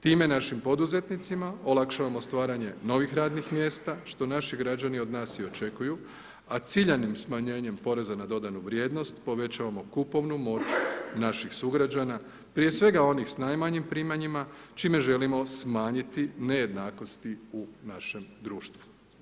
Time našim poduzetnicima olakšavamo stvaranje novih radnih mjesta što naši građani od nas i očekuju a ciljanim smanjenjem poreza na dodanu vrijednost povećavamo kupovnu moć naših sugrađana prije svega onih s najmanjim primanjima čime želimo smanjiti nejednakosti u našem društvu.